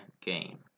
game